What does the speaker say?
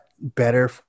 better